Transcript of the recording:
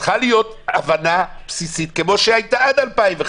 צריכה להיות הבנה בסיסית כמו שהייתה עד 2005,